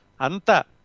Anta